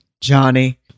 Johnny